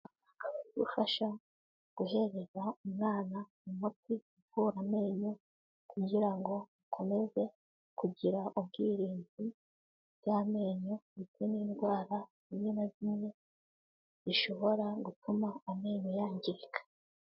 Gufasha guhereza umwana umuti uvura amenyo kugira ngo ukomeze kugira ubwirinzi bw'amenyo ndetse n'indwara zimwe na zimwe zishobora gutuma amenyo yangirika.